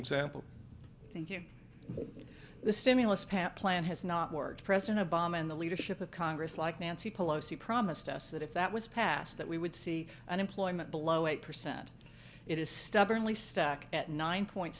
you the stimulus package plan has not worked president obama and the leadership of congress like nancy pelosi promised us that if that was passed that we would see unemployment below eight percent it is stubbornly stuck at nine point